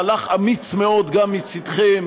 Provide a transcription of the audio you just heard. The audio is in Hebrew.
מהלך אמיץ מאוד גם מצדכם.